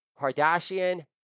Kardashian